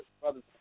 brothers